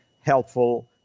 helpful